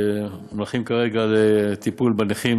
גם אזרחיה הערבים שמנסים להיות חלק בלתי נפרד מהמדינה הזאת.